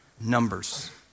numbers